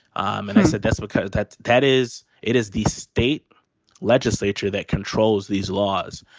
and i said that's because that that is it is the state legislature that controls these laws.